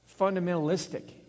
fundamentalistic